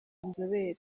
inzobere